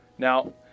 Now